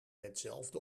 hetzelfde